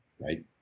right